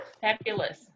Fabulous